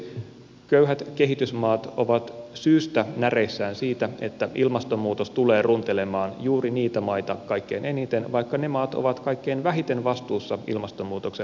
toiseksi köyhät kehitysmaat ovat syystä näreissään siitä että ilmastonmuutos tulee runtelemaan juuri niitä maita kaikkein eniten vaikka ne maat ovat kaikkein vähiten vastuussa ilmastonmuutoksen aiheuttamisesta